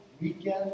weekend